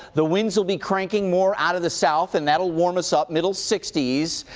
the winds will be cranking more out of the south and that will warm us up, middle sixty s.